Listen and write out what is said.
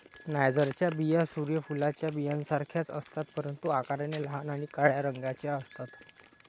नायजरच्या बिया सूर्य फुलाच्या बियांसारख्याच असतात, परंतु आकाराने लहान आणि काळ्या रंगाच्या असतात